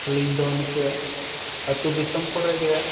ᱟᱹᱞᱤᱧ ᱫᱚ ᱱᱤᱝᱠᱟᱹ ᱟᱛᱳ ᱫᱤᱥᱚᱢ ᱠᱚᱨᱮ ᱜᱮ